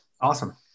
Awesome